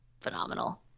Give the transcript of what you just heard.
Phenomenal